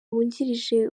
wungirije